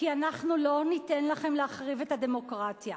כי אנחנו לא ניתן לכם להחריב את הדמוקרטיה,